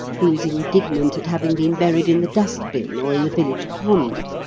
who is indignant at having been buried in the dust-bin or in the village pond,